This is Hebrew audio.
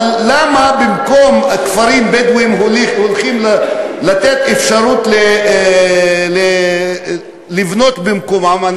אבל למה במקום כפרים בדואיים הולכים לתת לאנשים אפשרות לבנות במקומם?